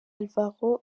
álvaro